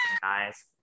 guys